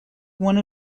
one